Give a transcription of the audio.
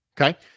Okay